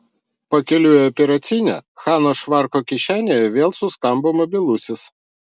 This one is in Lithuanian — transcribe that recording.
pakeliui į operacinę hanos švarko kišenėje vėl suskambo mobilusis